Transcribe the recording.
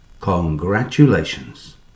Congratulations